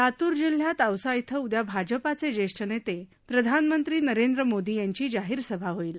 लातूर जिल्ह्यात औसा िंग उद्या भाजपचे ज्येष्ठ नेते प्रधानमंत्री नरेंद्र मोदी यांची जाहीर सभा होणार आहे